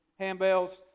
handbells